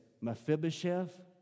Mephibosheth